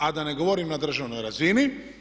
A da ne govorim na državnoj razini.